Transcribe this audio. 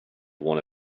one